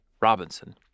Robinson